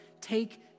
take